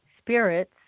spirits